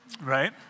right